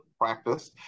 practice